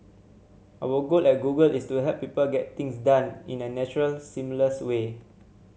our goal at Google is to help people get things done in a natural seamless way